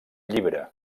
llibre